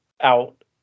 out